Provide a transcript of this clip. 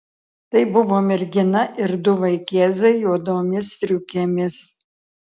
tai buvo mergina ir du vaikėzai juodomis striukėmis